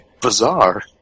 bizarre